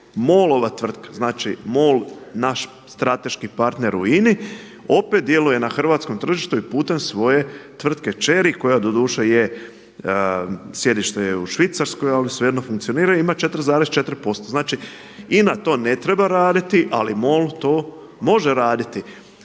MOL-ova tvrtka. Znači MOL, naš strateški partner u INA-i, opet djeluje na hrvatskom tržištu i putem svoje tvrtke kćeri, koja doduše je, sjedište je u Švicarskoj ali svejedno funkcioniraju i ima 4,4%. Znači INA to ne treba raditi ali MOL to može raditi.